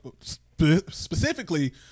specifically